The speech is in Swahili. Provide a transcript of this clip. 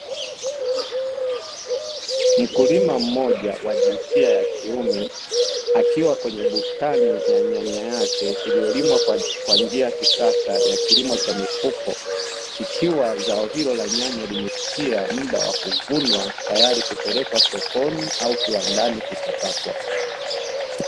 Mkulima mmoja wa jinsia ya kiume akiwa kwenye bustani ya nyanya yake iliyolimwa kwa njia ya kisasa ya kilimo cha mifuko, ikiwa zao hilo la nyanya limefikia muda wa kuvunwa tayari kupelekwa sokoni au kiwandani kuchakatwa.